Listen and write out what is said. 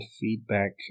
feedback